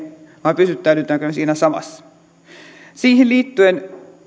vai pysyttäydytäänkö siinä samassa